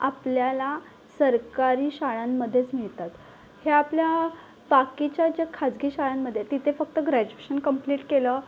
आपल्याला सरकारी शाळांमध्येच मिळतात हे आपल्या बाकीच्या ज्या खासगी शाळांमध्ये तिथे फक्त ग्रॅज्युएशन कंप्लीट केलं